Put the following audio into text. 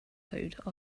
code